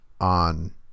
on